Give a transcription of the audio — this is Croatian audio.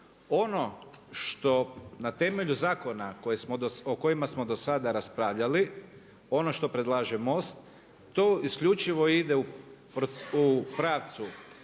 Ono što na temelju zakona o kojima smo dosada raspravljali, ono što predlaže MOST to isključivo ide u pravcu